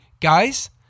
guys